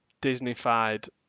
Disney-fied